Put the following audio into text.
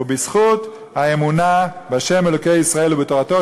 ובזכות האמונה בה' אלוקי ישראל ובתורתו,